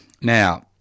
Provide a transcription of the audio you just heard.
Now